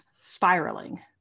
Spiraling